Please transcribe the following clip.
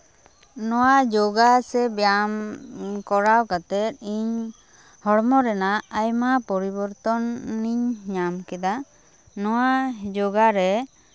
ᱱᱚᱣᱟ ᱡᱳᱜᱟ ᱥᱮ ᱵᱮᱭᱟᱢ ᱠᱚᱨᱟᱣ ᱠᱟᱛᱮᱫ ᱤᱧ ᱦᱚᱲᱢᱚ ᱨᱮᱱᱟᱜ ᱟᱭᱢᱟ ᱯᱚᱨᱤᱵᱚᱨᱛᱚᱱᱤᱧ ᱧᱟᱢ ᱠᱮᱫᱟ ᱱᱚᱣᱟ ᱡᱳᱜᱟ ᱨᱮ